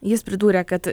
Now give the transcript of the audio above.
jis pridūrė kad